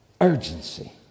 urgency